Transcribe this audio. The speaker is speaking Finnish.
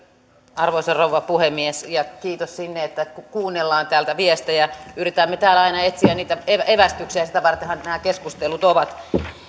arvoisa rouva puhemies kiitos sinne että kuunnellaan täältä viestejä yritetään aina etsiä niitä evästyksiä sitä vartenhan nämä keskustelut ovat